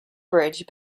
bridge